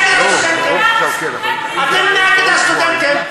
אתם נגד הסטודנטים.